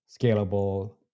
scalable